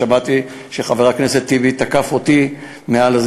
ושמעתי שחבר הכנסת טיבי תקף אותי מעל,